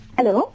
Hello